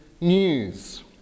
news